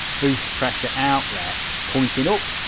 boost pressure outlet pointing up.